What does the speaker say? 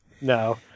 no